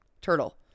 turtle